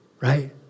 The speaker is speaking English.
right